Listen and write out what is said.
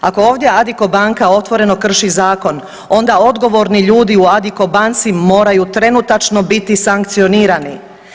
Ako ovdje Addiko banka otvoreno krši zakon, onda odgovorni ljudi u Addiko banci moraju trenutačno biti sankcionirani.